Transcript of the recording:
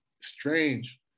strange